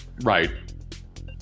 Right